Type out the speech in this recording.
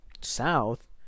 south